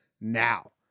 now